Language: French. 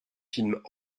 films